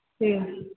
ठीक